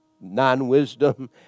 non-wisdom